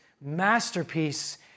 masterpiece